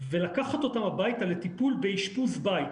ולקחת אותם הביתה לטיפול באשפוז בית.